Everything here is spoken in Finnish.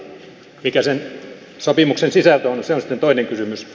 mikä sen sopimuksen sisältö on se on sitten toinen kysymys